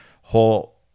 whole